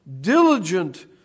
diligent